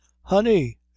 honey